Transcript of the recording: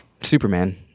Superman